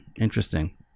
interesting